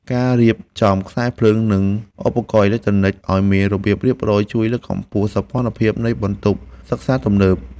ការរៀបចំខ្សែភ្លើងនិងឧបករណ៍អេឡិចត្រូនិកឱ្យមានរបៀបរៀបរយ ជួយលើកកម្ពស់សោភ័ណភាពនៃបន្ទប់សិក្សាទំនើប។